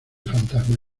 fantasma